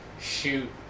shoot